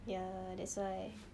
ya that's why